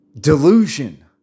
delusion